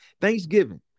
Thanksgiving